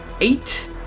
eight